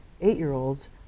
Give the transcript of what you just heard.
eight-year-olds